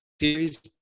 series